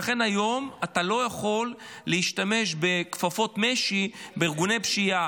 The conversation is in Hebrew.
ולכן היום אתה לא יכול להשתמש בכפפות משי בארגוני פשיעה,